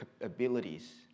abilities